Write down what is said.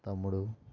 తమ్ముడు